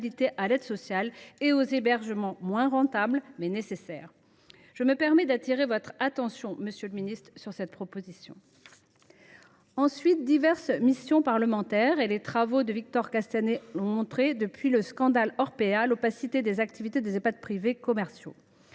à l’aide sociale et des hébergements qui, bien que moins rentables, n’en sont pas moins nécessaires. Je me permets d’attirer votre attention, monsieur le ministre, sur cette proposition. Par ailleurs, diverses missions parlementaires et les travaux de Victor Castanet ont montré, depuis le scandale Orpea, l’opacité des activités des Ehpad privés commerciaux.